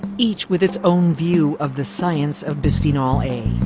each with its own view of the science of bisphenol a.